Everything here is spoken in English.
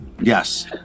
Yes